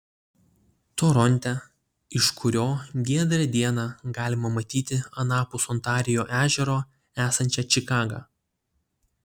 toronte iš kurio giedrą dieną galima matyti anapus ontarijo ežero esančią čikagą